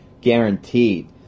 guaranteed